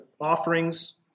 offerings